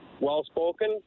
well-spoken